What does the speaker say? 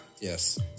yes